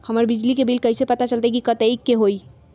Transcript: हमर बिजली के बिल कैसे पता चलतै की कतेइक के होई?